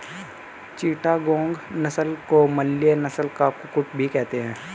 चिटागोंग नस्ल को मलय नस्ल का कुक्कुट भी कहते हैं